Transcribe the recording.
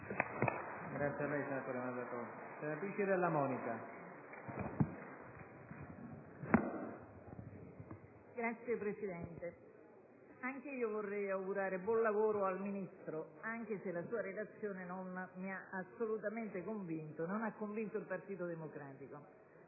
Signor Presidente, anche io vorrei augurare buon lavoro al Ministro, anche se la sua Relazione non ha assolutamente convinto né me né il Partito Democratico.